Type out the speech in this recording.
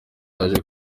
yaje